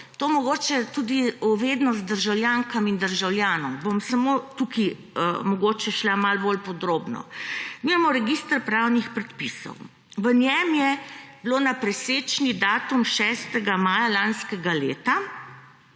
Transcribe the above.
to mogoče tudi v vednost državljankam in državljanom, bom mogoče tukaj šla malo bolj podrobno. Mi imamo register pravnih prepisov. V njem je bilo na presečni datum 6. maja lanskega leta